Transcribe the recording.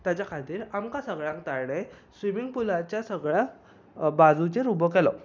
ताचे खातीर आमकां सगल्यांक तांणें स्विमींग पुलाच्या सगळ्या बाजुचेर उबो केलो